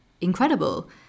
incredible